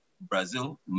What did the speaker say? Brazil